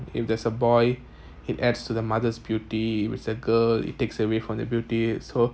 if there's a boy it adds to the mother's beauty if it's a girl it takes away from the beauty so